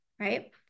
right